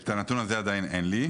את הנתון הזה עדיין אין לי.